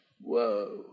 Whoa